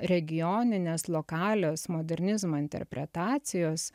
regioninės lokalios modernizmo interpretacijos